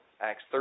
Acts